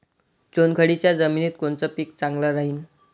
चुनखडीच्या जमिनीत कोनचं पीक चांगलं राहीन?